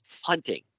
hunting